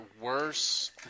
worse